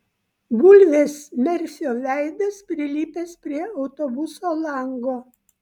bulvės merfio veidas prilipęs prie autobuso lango